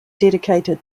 dedicated